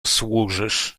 służysz